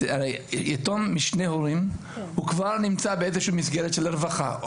יתום משני הורים הוא כבר נמצא באיזושהי מסגרת של הרווחה,